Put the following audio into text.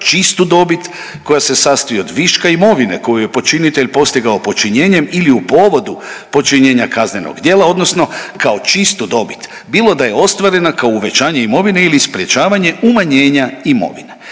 čistu dobit koja se sastoji od viška imovine koju je počinitelj postigao počinjenjem ili u povodu počinjenja kaznenog djela odnosno kao čistu dobit bilo da je ostvarena kao uvećanje imovine ili sprječavanje umanjenja imovine.